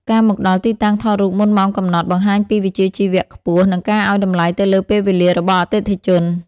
ការមកដល់ទីតាំងថតរូបមុនម៉ោងកំណត់ បង្ហាញពីវិជ្ជាជីវៈខ្ពស់ និងការឱ្យតម្លៃទៅលើពេលវេលារបស់អតិថិជន។